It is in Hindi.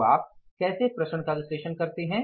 तो आप कैसे प्रसरण का विश्लेषण करते हैं